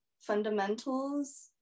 fundamentals